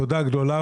תודה גדולה,